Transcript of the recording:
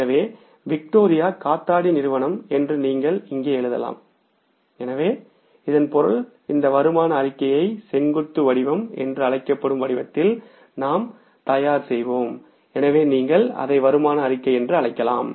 எனவே விக்டோரியா காத்தாடி நிறுவனம் என்று நீங்கள் இங்கே எழுதலாம் எனவே இதன் பொருள் இந்த வருமான அறிக்கையை செங்குத்து வடிவம் என்று அழைக்கப்படும் வடிவத்தில் நாம் தயார் செய்வோம் எனவே நீங்கள் அதை வருமான அறிக்கை என்று அழைக்கலாம்